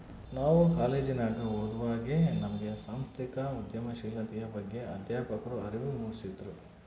ನಾವು ಕಾಲೇಜಿನಗ ಓದುವಾಗೆ ನಮ್ಗೆ ಸಾಂಸ್ಥಿಕ ಉದ್ಯಮಶೀಲತೆಯ ಬಗ್ಗೆ ಅಧ್ಯಾಪಕ್ರು ಅರಿವು ಮೂಡಿಸಿದ್ರು